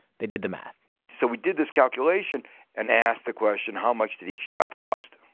they did the math so we did this calculation and asked the question, how much did each job cost?